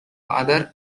other